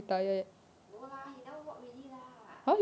no lah he never work already lah